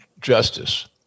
justice